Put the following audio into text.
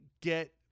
get